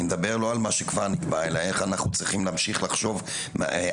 אני מדבר לא על מה שכבר נקבע אלא איך אנחנו צריכים להמשיך לחשוב הלאה,